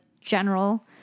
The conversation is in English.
general